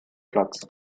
platz